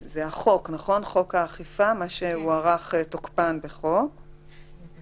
נכון, מחקנו את הסעיף הזה.